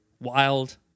Wild